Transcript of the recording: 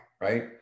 right